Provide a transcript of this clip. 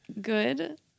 good